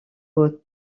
aux